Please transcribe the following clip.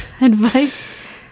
advice